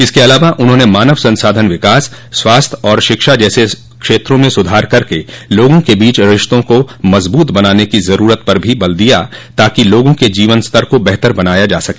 इसके अलावा उन्होंने मानव संसाधन विकास स्वास्थ्य और शिक्षा जैसे क्षेत्रों में सुधार करके लोगों के बीच रिश्तों को मजबूत बनाने की ज़रूरत पर भी बल दिया ताकि लोगों के जीवन स्तर को बेहतर बनाया जा सके